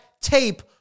tape